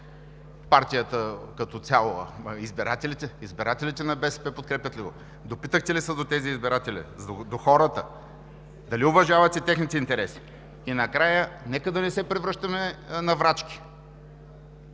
партията като цяло.“ А избирателите на БСП подкрепят ли го? Допитахте ли се до тези избиратели, до хората? Дали уважавате техните интереси? Накрая, нека да не се превръщаме на врачки.